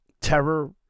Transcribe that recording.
Terror